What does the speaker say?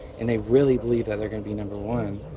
and they really believe that they're going to be number one.